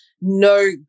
no